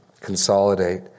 consolidate